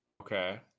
Okay